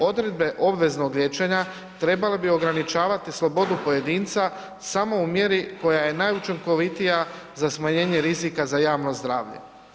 Odredbe obveznog liječenja trebale bi ograničavati slobodu pojedinca samo u mjeri koja je najučinkovitija za smanjenje rizika za javno zdravlje.